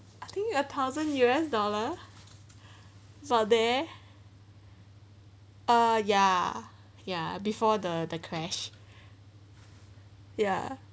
I think a thousand U_S dollar for they ah ya ya before the the crash ya